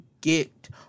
get